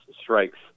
strikes